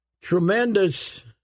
tremendous